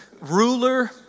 ruler